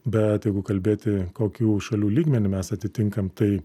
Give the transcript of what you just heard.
bet jeigu kalbėti kokių šalių lygmenį mes atitinkam tai